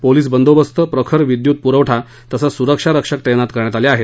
police बंदोबस्त प्रखर विद्युत पुरवठा तसच सुरक्षा रक्षक तैनात करण्यात आले आहेत